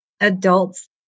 adults